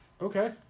Okay